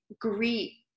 greet